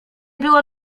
było